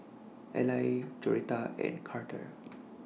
Ally Joretta and Carter